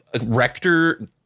Rector